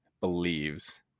believes